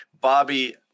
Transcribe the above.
Bobby